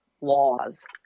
laws